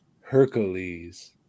Hercules